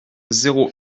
zéro